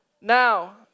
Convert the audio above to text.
Now